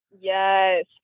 Yes